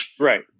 Right